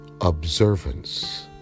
observance